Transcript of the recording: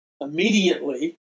Immediately